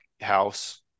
house